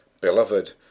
Beloved